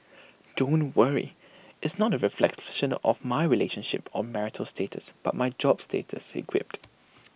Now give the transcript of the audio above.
don't worry it's not A reflection of my relationship or marital status but my job status he quipped